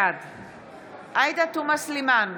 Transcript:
בעד עאידה תומא סלימאן,